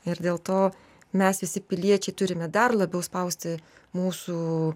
ir dėl to mes visi piliečiai turime dar labiau spausti mūsų